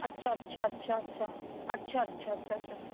अच्छा अच्छा अच्छा अच्छा अच्छा अच्छा अच्छा अच्छा